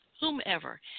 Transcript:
whomever